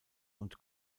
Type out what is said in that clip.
und